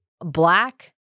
black